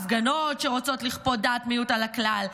הפגנות שרוצות לכפות דעת מיעוט על הכלל,